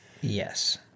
Yes